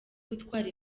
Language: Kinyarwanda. gutwara